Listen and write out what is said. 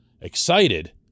excited